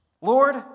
Lord